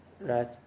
right